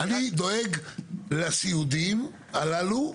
אני דואג לסיעודיים הללו,